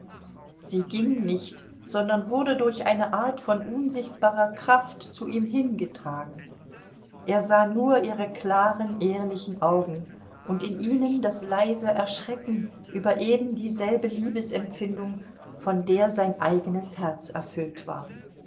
sie ging nicht sondern wurde durch eine art von unsichtbarer kraft zu ihm hingetragen er sah nur ihre klaren ehrlichen augen und in ihnen das leise erschrecken über ebendieselbe liebesempfindung von der sein eigenes herz erfüllt war